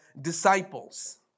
disciples